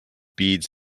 beads